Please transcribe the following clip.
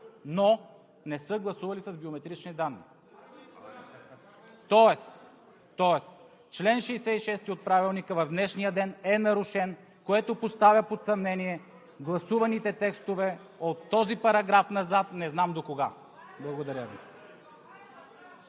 но не са гласували с биометрични данни. Тоест чл. 66 от Правилника в днешния ден е нарушен, което поставя под съмнение гласуваните текстове от този параграф назад – не знам докога! Благодаря Ви.